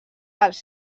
els